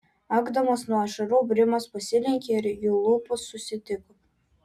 akdamas nuo ašarų brimas pasilenkė ir jų lūpos susitiko